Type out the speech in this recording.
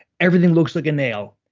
everything looks like a nail.